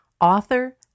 author